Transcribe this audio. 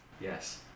Yes